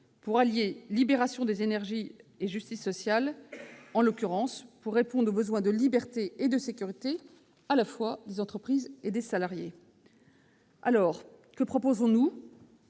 pour allier libération des énergies et justice sociale, et, en l'occurrence, pour répondre aux besoins de liberté et de sécurité à la fois des entreprises et des salariés. Alors, que proposons-nous ?